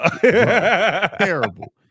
terrible